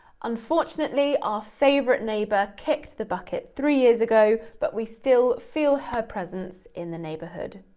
unfortunately, our favourite neighbour kicked the bucket three years ago but we still feel her presence in the neighbourhood.